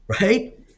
Right